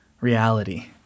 reality